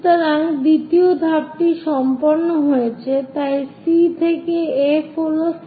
সুতরাং দ্বিতীয় ধাপটি সম্পন্ন হয়েছে তাই C থেকে F হল 70mm